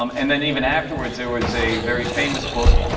um and then even afterwards there was a very famous book,